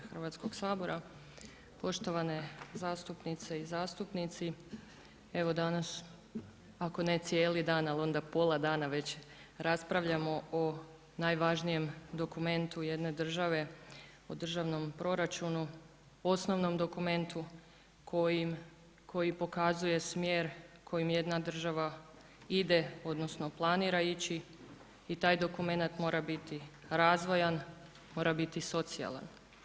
Poštovane zastupnice i zastupnici, evo danas ako ne cijeli dan ali onda pola dana već raspravljamo o najvažnijem dokumentu jedne države, o državnom proračunu, osnovnom dokumentu koji pokazuje smjer kojim jedna država ide odnosno planira ići i taj dokumenat mora biti razvojan, mora biti socijalan.